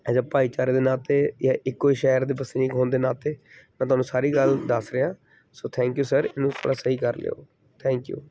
as a ਭਾਈਚਾਰੇ ਦੇ ਨਾਂ 'ਤੇ ਜਾਂ ਇੱਕੋ ਸ਼ਹਿਰ ਦੇ ਵਸਨੀਕ ਹੋਣ ਦੇ ਨਾਤੇ ਮੈਂ ਤੁਹਾਨੂੰ ਸਾਰੀ ਗੱਲ ਦੱਸ ਰਿਹਾ ਸੋ ਥੈਂਕ ਯੂ ਸਰ ਇਹਨੂੰ ਥੋੜ੍ਹਾ ਸਹੀ ਕਰ ਲਿਓ ਥੈਂਕ ਯੂ